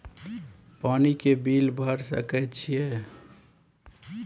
पानी के बिल भर सके छियै?